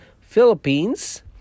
Philippines